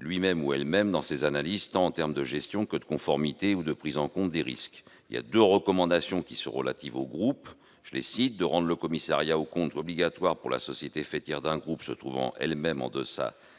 lui-même dans ses analyses, tant en termes de gestion que de conformité et de prise en compte des risques. » Deux recommandations sont relatives au groupe :« rendre le commissariat aux comptes obligatoire pour la société faîtière d'un groupe se trouvant elle-même en deçà